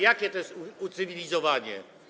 Jakie to jest ucywilizowanie?